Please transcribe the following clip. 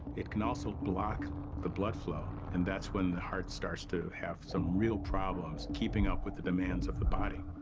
it can also block the blood flow, and that's when the heart starts to have some real problems keeping up with the demands of the body.